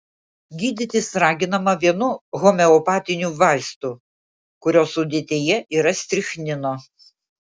gydytis raginama vienu homeopatiniu vaistu kurio sudėtyje yra strichnino